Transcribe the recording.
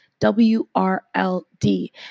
W-R-L-D